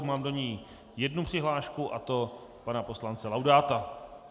Mám do ní jednu přihlášku, a to pana poslance Laudáta.